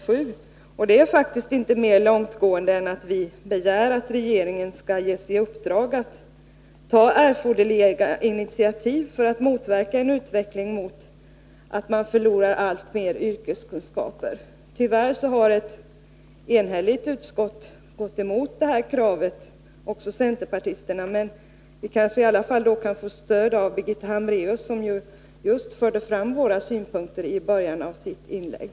Det kravet är faktiskt inte mer långtgående än att vi begär att regeringen skall ges i uppdrag att ta erforderliga initiativ för att motverka en utveckling mot att alltmer yrkeskunskaper går förlorade. Tyvärr har ett enhälligt utskott gått emot detta krav — däribland också centerpartisterna — men vi kanske i alla fall kan få stöd av Birgitta Hambraeus, som just förde fram våra synpunkter i början av sitt inlägg.